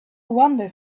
wander